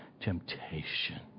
temptation